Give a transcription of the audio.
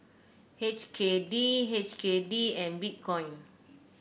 H K D H K D and Bitcoin